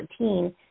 2014